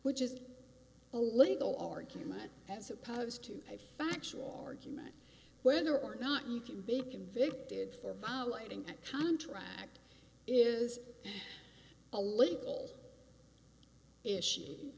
which is a legal argument as opposed to a factual argument whether or not you can be convicted for violating that contract is a legal issue